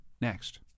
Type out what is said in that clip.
next